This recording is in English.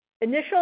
Initial